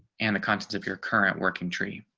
and the conscience of your current working tree.